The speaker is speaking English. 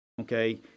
Okay